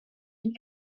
and